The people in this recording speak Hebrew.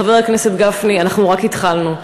חבר הכנסת גפני, אנחנו רק התחלנו.